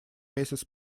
месяц